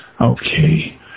Okay